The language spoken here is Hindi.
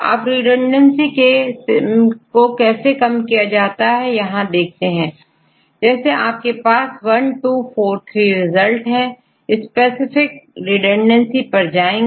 अब रिडंडेंसी को कैसे कम किया जाए यहां उदाहरण देखेंगे जैसे आपके पास 1243 रिजल्ट है स्पेसिफिक रिडंडेंसी पर जाएंगे